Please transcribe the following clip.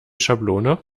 schablone